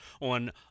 on